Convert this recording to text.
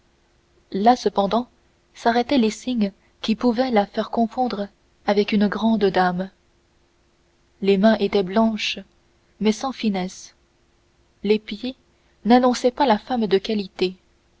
là cependant s'arrêtaient les signes qui pouvaient la faire confondre avec une grande dame les mains étaient blanches mais sans finesse les pieds n'annonçaient pas la femme de qualité